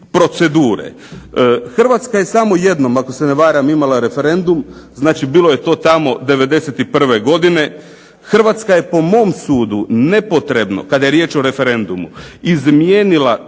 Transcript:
Hrvatska je samo jednom, ako se ne varam, imala referendum, znači bilo je to tamo '91. godine. Hrvatska je po mom sudu nepotrebno, kada je riječ o referendumu, izmijenila